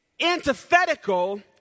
antithetical